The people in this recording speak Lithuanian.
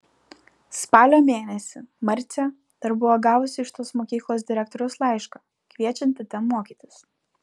spalio mėnesį marcė dar buvo gavusi iš tos mokyklos direktoriaus laišką kviečiantį ten mokytis